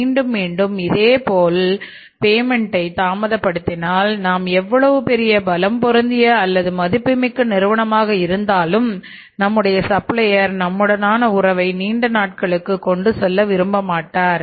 மீண்டும் மீண்டும் இதே இதேபோல் பேமென்ட்டை தாமதப்படுத்தினால் நாம் எவ்வளவு பெரிய பலம் பொருந்திய அல்லது மதிப்புமிக்க நிறுவனமாக இருந்தாலும் நம்முடைய சப்ளையர் நம்முடனான உறவை நீண்ட நாட்களுக்கு கொண்டு செல்ல விரும்ப மாட்டார்கள்